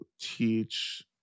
teach